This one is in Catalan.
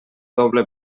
doble